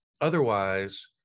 otherwise